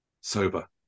sober